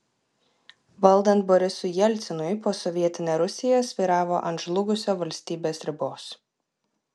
valdant borisui jelcinui posovietinė rusija svyravo ant žlugusio valstybės ribos